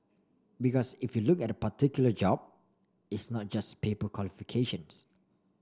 because if you look at particular job it's not just paper qualifications